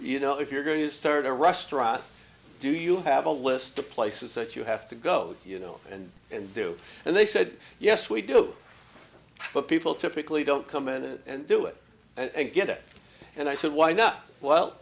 you know if you're going to start a restaurant do you have a list of places that you have to go you know and and do and they said yes we do but people typically don't come in and do it and get it and i said why not well